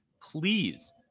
please